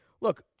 look